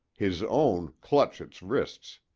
his own clutch its wrists.